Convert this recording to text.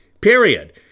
Period